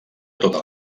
tota